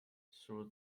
through